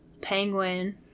penguin